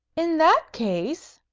in that case,